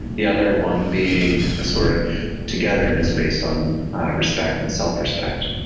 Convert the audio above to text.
the other one being a sort of togetherness based on respect and self-respect